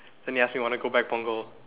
and he ask me want to go back Punggol